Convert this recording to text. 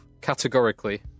categorically